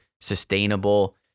sustainable